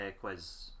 quiz